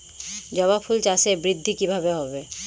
জবা ফুল চাষে বৃদ্ধি কিভাবে হবে?